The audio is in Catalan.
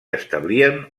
establien